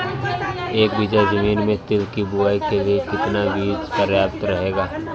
एक बीघा ज़मीन में तिल की बुआई के लिए कितना बीज प्रयाप्त रहेगा?